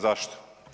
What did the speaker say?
Zašto?